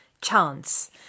chance